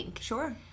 Sure